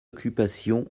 occupation